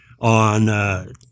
on